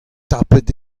tapet